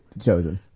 Chosen